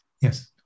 Yes